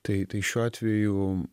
tai tai šiuo atveju